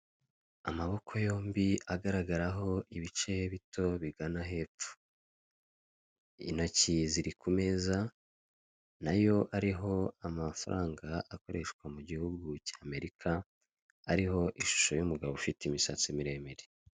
Amaboko yombi agaragaraho ibice bito bigana hepfo. Intoki ziri kumeza, nayo ariho amafaranga akoreshwa mugihugu cya Amerika, ariho umugabo ufite imisatsi miremire.